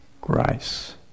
grace